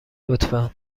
لطفا